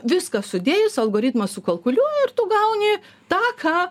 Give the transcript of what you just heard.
viską sudėjus algoritmas sukalkuliuoja ir tu gauni tą ką